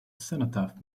cenotaph